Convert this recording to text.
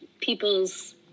People's